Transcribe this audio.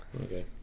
okay